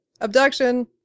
Abduction